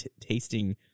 tasting